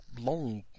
long